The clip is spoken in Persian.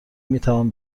میتوان